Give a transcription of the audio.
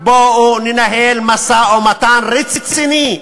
בואו ננהל משא-ומתן רציני,